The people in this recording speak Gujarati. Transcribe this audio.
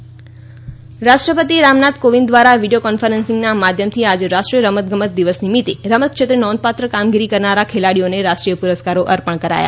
રમતગમત પુરસ્કાર રાષ્ટ્રપતિ રામનાથ કોવિંદ ધ્વારા વિડીયો કોન્ફરન્સીંગના માધ્યમથી આજે રાષ્ટ્રીય રમતગમત દિવસ નિમિત્તે રમત ક્ષેત્રે નોંધપાત્ર કામગીરી કરનારા ખેલાડીઓને રાષ્ટ્રીય પુરસ્કારો અર્પણ કરાયા